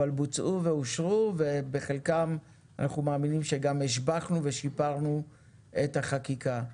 אבל בוצעו ואושרו ובחלקם אנחנו מאמינים שגם השבחנו ושיפרנו את החקיקה.